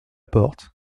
porte